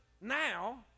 now